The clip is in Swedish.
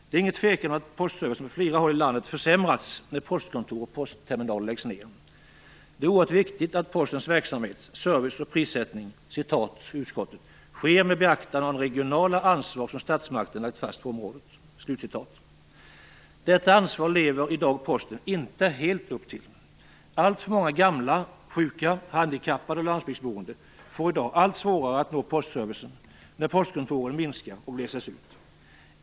Det är ingen tvekan om att postservicen på flera håll i landet försämrats när postkontor och postterminaler lagts ned. Det är oerhört viktigt att Postens verksamhet, service och prissättning "sker med beaktande av det regionala ansvar som statsmakterna lagt fast på postområdet", som utskottet skriver. Detta ansvar lever i dag Posten inte helt upp till. Alltför många gamla, sjuka, handikappade och landsbygdsboende får allt svårare att nå postservicen när postkontoren minskar och glesas ut.